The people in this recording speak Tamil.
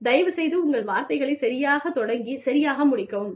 தயவுசெய்து உங்கள் வார்த்தைகளைச் சரியாகத் தொடங்கிச் சரியாக முடிக்கவும்